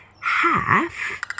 half